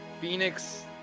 Phoenix